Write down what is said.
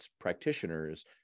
practitioners